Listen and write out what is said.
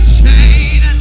chain